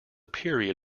period